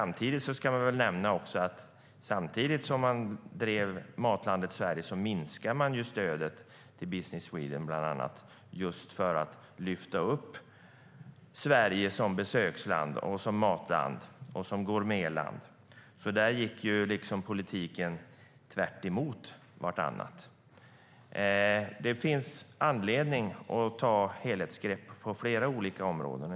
Vi ska också nämna att samtidigt som man drev Matlandet Sverige minskade man stödet till Business Sweden för att just lyfta fram Sverige som besöksland, matland och gourmetland. Där gick politiken tvärtemot sig själv. Det finns anledning att ta helhetsgrepp på flera olika områden.